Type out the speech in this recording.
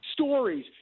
Stories